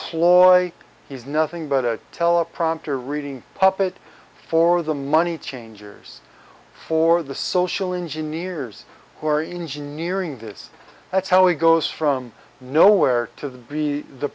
ploy he's nothing but a teleprompter reading puppet for the money changers for the social engineers who are engineering this that's how he goes from nowhere to be the